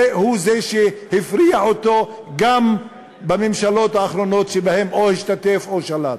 והוא זה שהפריח אותו גם בממשלות האחרונות שבהן או השתתף או שלט.